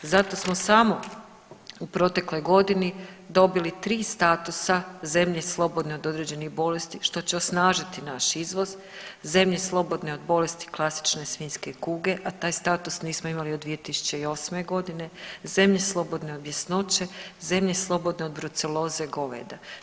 Zato smo samo u protekloj godini dobili tri statusa zemlje slobodne od određenih bolesti što će osnažiti naš izvoz, zemlje slobodne od bolesti klasične svinjske kuge, a taj status nismo imali od 2008.g. zemlji slobodne od bjesnoće, zemlje slobodne od bruceloze goveda.